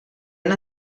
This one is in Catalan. han